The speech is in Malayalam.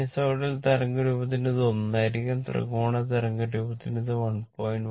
സൈനസോയ്ഡൽ തരംഗ രൂപത്തിന് ഇത് 1 ആയിരിക്കും ത്രികോണ തരംഗ രൂപത്തിന് ഇത് 1